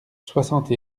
soixante